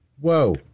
Whoa